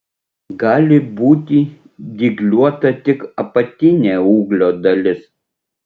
gali būti dygliuota tik apatinė ūglio dalis